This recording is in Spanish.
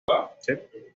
actualmente